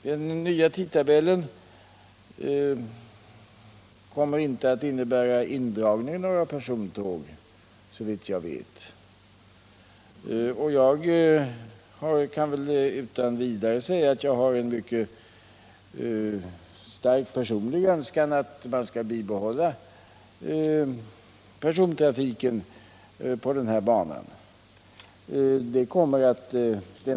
Den nya tidtabellen kommer inte att innebära indragningar av några persontåg, såvitt jag vet. Jag kan utan vidare säga att jag har en mycket stark personlig önskan att persontrafiken på den här banan bibehålls.